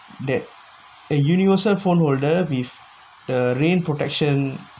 okay a universal phone holder with the rain protection